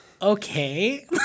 Okay